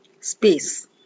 space